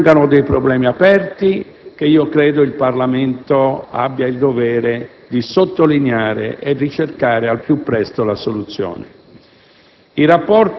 ma perché rimangono problemi aperti che il Parlamento ha il dovere di sottolineare per ricercarne al più presto una soluzione.